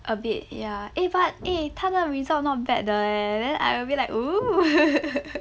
a bit ya eh but eh 他的 result not bad 的 eh then I a bit like oo